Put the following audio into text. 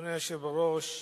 אדוני היושב בראש,